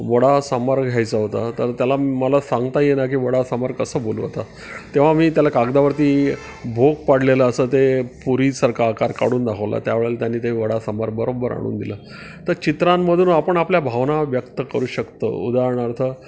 वडा सांबार घ्यायचा होता तर त्याला मला सांगता येईना की वडा सांबार कसं बोलू आता तेव्हा मी त्याला कागदावरती भोग पाडलेलं असं ते पुरीसारखा आकार काढून दाखवला त्या वेळेला त्यांनी ते वडा सांबार बरोबर आणून दिलं तर चित्रांमधून आपण आपल्या भावना व्यक्त करू शकतो उदाहारणार्थ